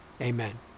amen